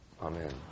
Amen